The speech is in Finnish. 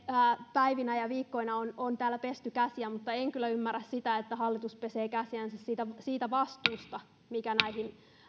päivinä ja viikkoina on on täällä pesty käsiä mutta en kyllä ymmärrä sitä että hallitus pesee käsiänsä siitä vastuusta mikä näihin